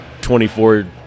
24